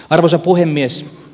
arvoisa puhemies